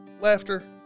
laughter